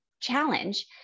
challenge